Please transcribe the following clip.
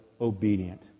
obedient